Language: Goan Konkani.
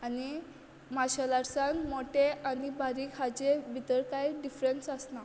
आनी मार्शेल आर्टसान मोटे आनी बारीक हाचे भितर कांय डिफरंस आसना